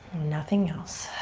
nothing else.